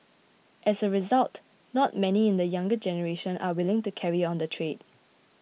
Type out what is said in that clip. as a result not many in the younger generation are willing to carry on the trade